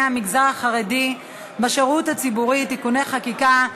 המגזר החרדי בשירות הציבורי (תיקוני חקיקה),